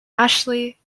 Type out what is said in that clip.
ashley